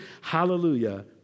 Hallelujah